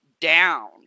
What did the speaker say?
down